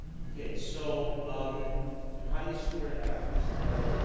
okay. so um and how do you square that? i'm just